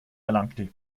erlangte